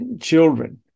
children